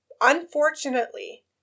Unfortunately